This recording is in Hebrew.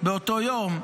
באותו יום,